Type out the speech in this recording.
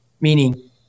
meaning